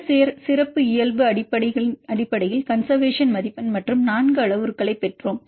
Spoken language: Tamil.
இந்த சிறப்பியல்பு அம்சங்களின் அடிப்படையில் கன்செர்வேசன் மதிப்பெண் மற்றும் 4 அளவுருக்களைப் பெற்றோம்